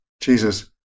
Jesus